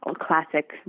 classic